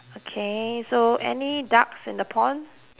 okay so any ducks in the pond